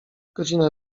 godzina